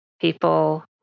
people